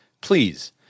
Please